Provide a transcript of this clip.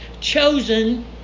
chosen